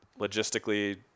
logistically